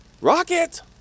Rocket